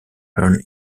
earn